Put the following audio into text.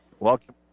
Welcome